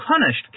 punished